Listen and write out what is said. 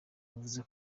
yavuze